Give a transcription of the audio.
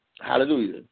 Hallelujah